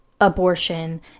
abortion